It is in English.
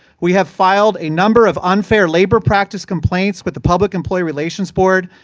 we have filed a number of unfair labor practice complaints with the public employee relations board,